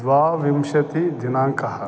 द्वाविंशतिदिनाङ्कः